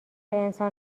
انسان